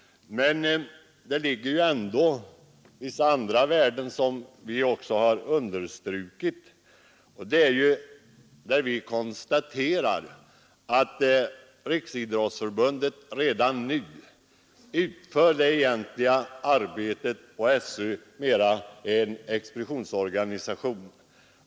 Men det finns ju ändå vissa andra värden, som vi också har understrukit. Vi konstaterar att Riksidrottsförbundet redan nu utför det egentliga arbetet och att skolöverstyrelsen mera är en expeditionsorganisation.